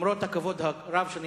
למרות הכבוד הרב שאני